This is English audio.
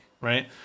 right